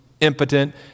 impotent